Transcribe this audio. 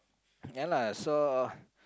ya lah so